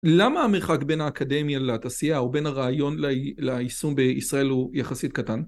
למה המרחק בין האקדמיה לתעשייה ובין הרעיון ליישום בישראל הוא יחסית קטן?